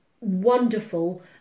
wonderful